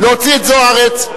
להוציא את זוארץ.